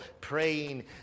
praying